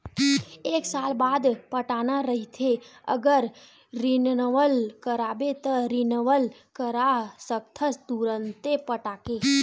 एक साल बाद पटाना रहिथे अगर रिनवल कराबे त रिनवल करा सकथस तुंरते पटाके